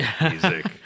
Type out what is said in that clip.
music